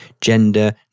gender